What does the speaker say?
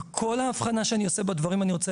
וכל ההבחנה שאני עושה בדברים אני רוצה